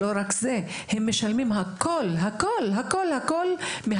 בנוסף, הם משלמים הכול הכול מכיסם.